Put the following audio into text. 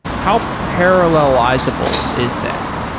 how parallelizable is that?